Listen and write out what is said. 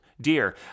dear